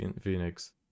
Phoenix